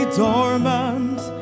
dormant